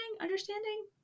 understanding